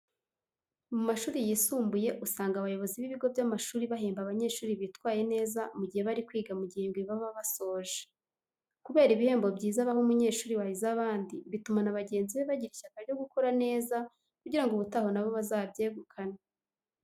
Mu mashuri yisumbuye usanga abayobozi b'ibigo by'amashuri bahemba abanyeshuri bitwaye neza mu gihe bari bari kwiga mu gihembwe baba basoje. Kubera ibihembo byiza baha umunyeshuri wahize abandi, bituma na bagenzi be bagira ishyaka ryo gukora neza kugira ngo ubutaha na bo bazabyegukane.